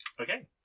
Okay